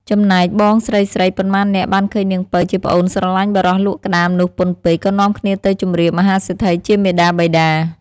ចំណែកបងស្រីៗប៉ុន្មាននាក់បានឃើញនាងពៅជាប្អូនស្រឡាញ់បុរសលក់ក្ដាមនោះពន់ពេក ក៏នាំគ្នាទៅជម្រាបមហាសេដ្ឋីជាមាតាបិតា។